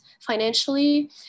financially